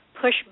push